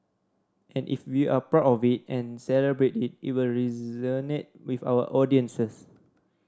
and if we are proud of it and celebrate it it will resonate with our audiences